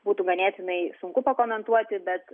būtų ganėtinai sunku pakomentuoti bet